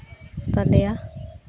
ᱛᱟᱞᱮᱭᱟ